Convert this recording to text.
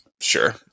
sure